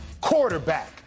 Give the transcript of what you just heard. quarterback